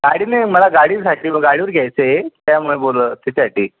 गाडी नाही मला गाडीसाठी गाडीवर घ्यायचंय त्यामुळे बोलत त्याच्यासाठी